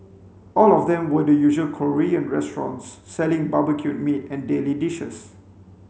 all of them were the usual Korean restaurants selling barbecued meat and daily dishes